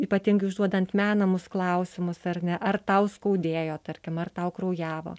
ypatingai užduodant menamus klausimus ar ne ar tau skaudėjo tarkim ar tau kraujavo